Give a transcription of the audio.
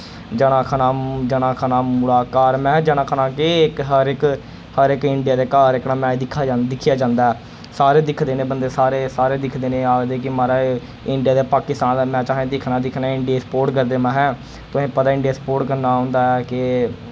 जना खना जना खना मुड़ा घर मैंह जना खना केह् इक हर इक हर इक इंडिया दे घर एह्कड़ा मैच दिक्खेआ जंदा ऐ सारे दिखदे न बंदे सारे सारे दिखदे न एह् आखदे कि माराज इंडिया ते पाकिस्तान दा मैच असें दिक्खना दिक्खना इंडिया दी सप्पोर्ट करदे महा तुसें पता इंडिया ही सपोर्ट करना होंदा ऐ के